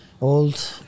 old